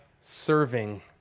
serving